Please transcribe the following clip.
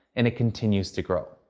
and it continues to grow.